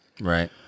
Right